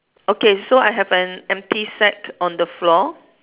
okay so I have an empty sack on the floor